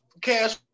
cash